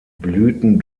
blüten